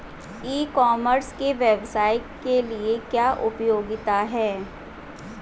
ई commerce के व्यवसाय के लिए क्या उपयोगिता है?